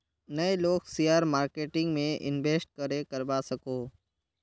नय लोग share marketing में इंवेस्ट करे करवा सकोहो?